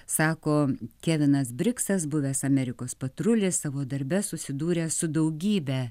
sako kevinas briksas buvęs amerikos patrulis savo darbe susidūręs su daugybe